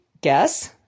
guess